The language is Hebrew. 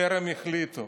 טרם החליטו.